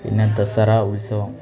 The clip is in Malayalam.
പിന്നെ ദസറ ഉത്സവം